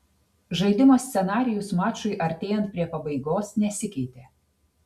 žaidimo scenarijus mačui artėjant prie pabaigos nesikeitė